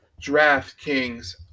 DraftKings